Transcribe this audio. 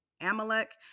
Amalek